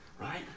Right